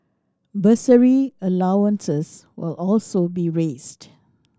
bursary allowances will also be raised